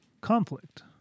conflict